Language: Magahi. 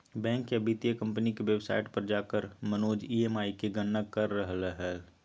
बैंक या वित्तीय कम्पनी के वेबसाइट पर जाकर मनोज ई.एम.आई के गणना कर रहलय हल